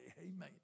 amen